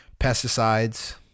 Pesticides